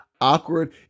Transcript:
awkward